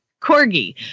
corgi